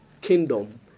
kingdom